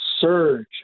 surge